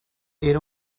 era